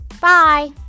Bye